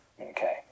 Okay